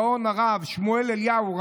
הגאון הרב שמואל אליהו,